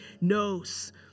knows